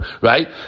right